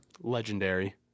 Legendary